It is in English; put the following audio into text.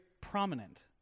prominent